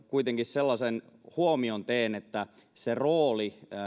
kuitenkin sellaisen huomion teen että se rooli